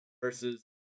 versus